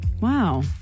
Wow